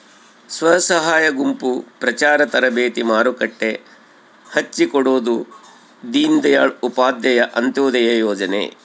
ಸ್ವಸಹಾಯ ಗುಂಪು ಪ್ರಚಾರ ತರಬೇತಿ ಮಾರುಕಟ್ಟೆ ಹಚ್ಛಿಕೊಡೊದು ದೀನ್ ದಯಾಳ್ ಉಪಾಧ್ಯಾಯ ಅಂತ್ಯೋದಯ ಯೋಜನೆ